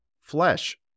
flesh